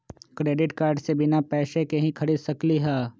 Credit card से बिना पैसे के ही खरीद सकली ह?